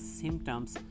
symptoms